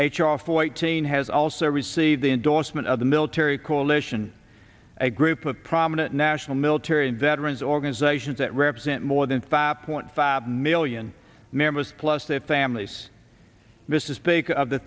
r fourteen has also received the endorsement of the military coalition a group of prominent national military veterans organizations that represent more than five point five million members plus their families this is fake of the